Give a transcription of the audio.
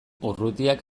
urrutiak